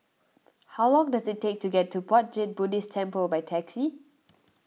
how long does it take to get to Puat Jit Buddhist Temple by taxi